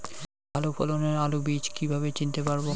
ভালো ফলনের আলু বীজ কীভাবে চিনতে পারবো?